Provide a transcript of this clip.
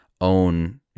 own